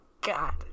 God